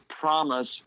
promise